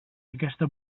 aquesta